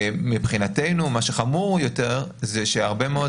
מה שחמור יותר מבחינתנו זה שהרבה מאוד